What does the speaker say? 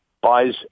buys